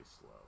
slow